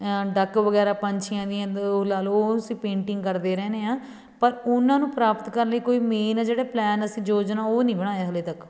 duck ਵਗੈਰਾ ਪੰਛੀਆਂ ਦੀਆਂ ਉਹ ਲਾ ਲਓ ਉਹ ਤੁਸੀਂ ਪੇਂਟਿੰਗ ਕਰਦੇ ਰਹਿੰਨੇ ਆ ਪਰ ਉਹਨਾਂ ਨੂੰ ਪ੍ਰਾਪਤ ਕਰਨ ਲਈ ਕੋਈ ਮੇਨ ਜਿਹੜੇ ਪਲੈਨ ਅਸੀਂ ਯੋਜਨਾ ਉਹ ਨਹੀਂ ਬਣਾਇਆ ਹਾਲੇ ਤੱਕ